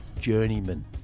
Journeyman